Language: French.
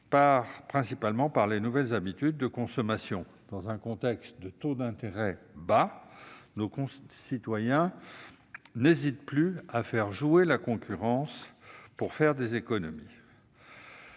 principalement par les nouvelles habitudes de consommation. En effet, dans un contexte de taux d'intérêt bas, nos concitoyens n'hésitent plus à faire jouer la concurrence pour réaliser des économies.